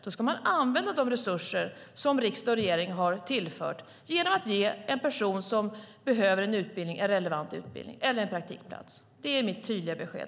Då ska man använda de resurser som riksdag och regering har tillfört genom att ge en person som behöver en utbildning en relevant utbildning eller en praktikplats. Det är mitt tydliga besked.